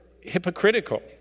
hypocritical